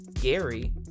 Gary